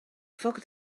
foc